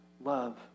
love